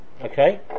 Okay